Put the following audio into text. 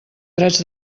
drets